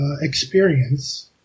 experience